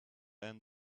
end